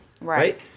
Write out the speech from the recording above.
right